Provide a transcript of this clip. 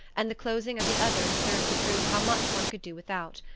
and the closing of the others served to prove how much one could do without.